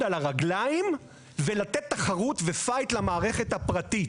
על הרגליים ולתת תחרות ופייט למערכת הפרטית.